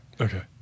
Okay